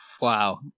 wow